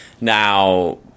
Now